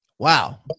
Wow